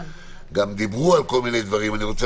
ונשמע